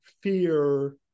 fear